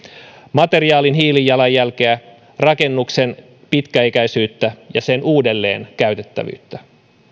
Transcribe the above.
materiaalin hiilijalanjälkeä rakennuksen pitkäikäisyyttä ja sen uudelleenkäytettävyyttä